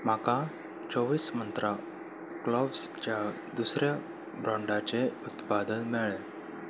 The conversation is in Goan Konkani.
म्हाका चोवीस मंत्रा क्लव्सच्या दुसऱ्या ब्रॉडाचें उत्पादन मेळ्ळे